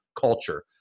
culture